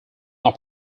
now